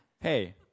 Hey